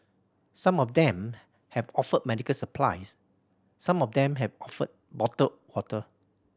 some of them have offered medical supplies some of them have offered bottled water